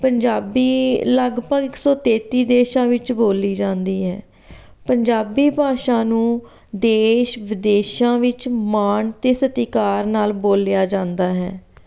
ਪੰਜਾਬੀ ਲਗਭਗ ਇੱਕ ਸੌ ਤੇਤੀ ਦੇਸ਼ਾਂ ਵਿੱਚ ਬੋਲੀ ਜਾਂਦੀ ਹੈ ਪੰਜਾਬੀ ਭਾਸ਼ਾ ਨੂੰ ਦੇਸ਼ ਵਿਦੇਸ਼ਾਂ ਵਿੱਚ ਮਾਣ ਅਤੇ ਸਤਿਕਾਰ ਨਾਲ ਬੋਲਿਆ ਜਾਂਦਾ ਹੈ